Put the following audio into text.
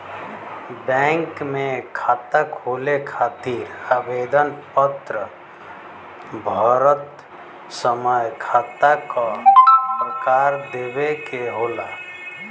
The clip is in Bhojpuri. बैंक में खाता खोले खातिर आवेदन पत्र भरत समय खाता क प्रकार देवे के होला